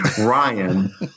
Ryan